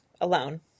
alone